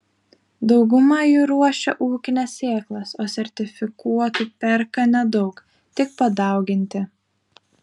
dauguma jų ruošia ūkines sėklas o sertifikuotų perka nedaug tik padauginti